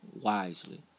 wisely